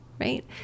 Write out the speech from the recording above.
Right